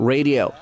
Radio